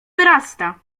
wyrasta